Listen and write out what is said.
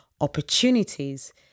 opportunities